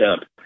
up